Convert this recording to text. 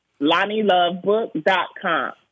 LonnieLoveBook.com